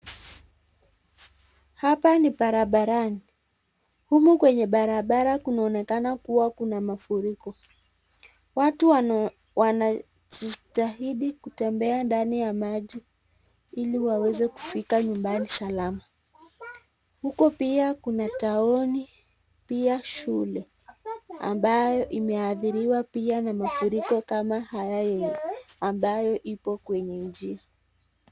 Hapa ni barabarani, humu kwenye barabara kunaonekana kuwa kuna mafuriko watu wanajitahidi kutembea ndani ya maji ili waweze kufika nyumbani salama huko pia kuna taoni pia shule ambayo imeathiriwa pia na mafuriko kama haya ambayo iko kwenye njia.